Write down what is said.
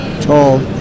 tall